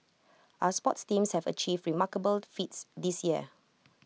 our sports teams have achieved remarkable feats this year